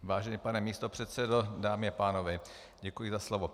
Vážený pane místopředsedo, dámy a pánové, děkuji za slovo.